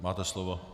Máte slovo.